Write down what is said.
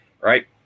right